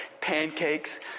pancakes